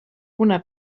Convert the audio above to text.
una